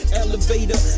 elevator